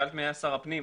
שאלת מי היה שר הפנים,